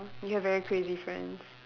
you have very crazy friends